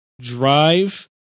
drive